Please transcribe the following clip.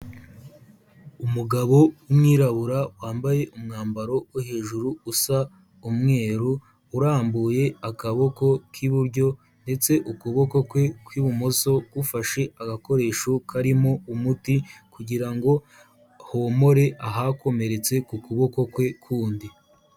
Umugabo w'umwirabura wambaye umwambaro wo hejuru usa umweru, urambuye akaboko k'iburyo ndetse ukuboko kwe kw'ibumoso gufashe agakoresho karimo umuti kugira ngo homore ahakomeretse ku kuboko kwe k'undi.